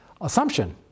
assumption